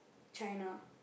China